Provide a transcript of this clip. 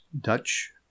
Dutch